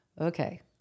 okay